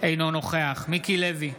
אינו נוכח מיקי לוי,